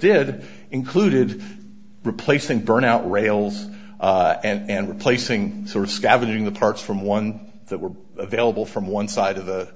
did included replacing burnout rails and replacing sort of scavenging the parts from one that were available from one side of the